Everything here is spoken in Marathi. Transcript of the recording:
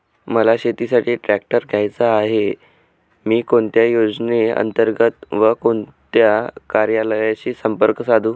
मला शेतीसाठी ट्रॅक्टर घ्यायचा आहे, मी कोणत्या योजने अंतर्गत व कोणत्या कार्यालयाशी संपर्क साधू?